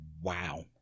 Wow